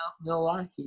Milwaukee